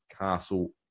Castle